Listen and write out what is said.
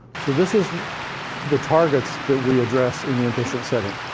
so this is the targets that we address in the inpatient setting.